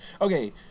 Okay